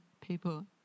people